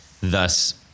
thus